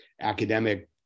academic